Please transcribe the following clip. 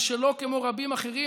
ושלא כמו רבים אחרים,